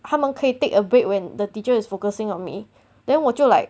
他们可以 take a break when the teacher is focusing on me then 我就 like